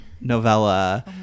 novella